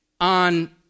on